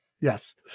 Yes